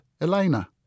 Elena